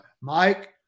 Mike